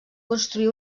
construir